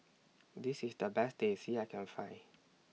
This IS The Best Teh C that I Can Find